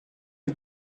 les